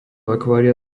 akvária